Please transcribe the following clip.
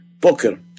poker